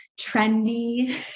trendy